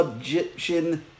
Egyptian